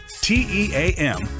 T-E-A-M